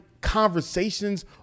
conversations